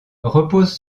repose